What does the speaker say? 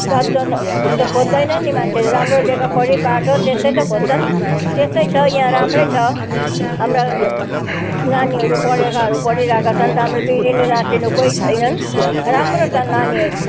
जात जन त खोज्दैनन् नि मान्छेले राम्रो लेखापढी बाठो त्यस्तै त खोज्छन् त्यस्तै छ यहाँ राम्रै छ नानीहरू पढेकाहरू पढिरहेका छन् राम्रो बिग्रिनु नासिनु कोही छैनन् राम्रो छन् नानीहरू